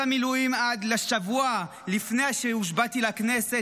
מילואים עד לשבוע שלפני שהושבעתי לכנסת,